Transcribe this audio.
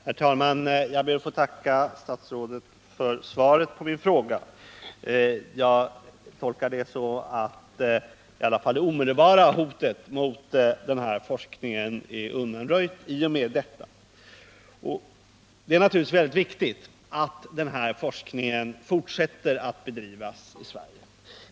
Herr talman! Jag ber att få tacka statsrådet för svaret på min fråga. Jag tolkar det så att i alla fall det omedelbara hotet inot den här forskningen är undanröjt i och med detta. Det är naturligtvis oerhört viktigt att den forskningen fortsätter att bedrivas i Sverige.